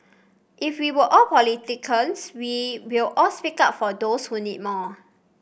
if we were all politicians we will all speak up for those who need more